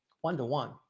one-to-one